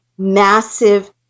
Massive